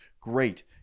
great